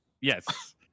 Yes